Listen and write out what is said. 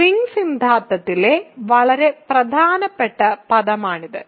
ring സിദ്ധാന്തത്തിലെ വളരെ പ്രധാനപ്പെട്ട പദമാണിത്